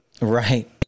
Right